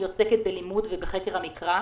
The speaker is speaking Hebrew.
עוסקת בלימוד ובחקר המקרא,